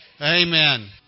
Amen